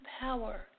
power